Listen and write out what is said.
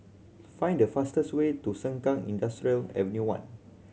find the fastest way to Sengkang Industrial Avenue One